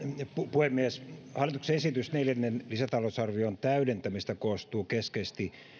puhemies hallituksen esitys neljännen lisätalousarvion täydentämisestä koostuu keskeisesti